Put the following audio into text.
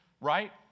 right